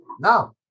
now